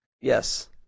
Yes